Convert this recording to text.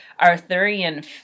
Arthurian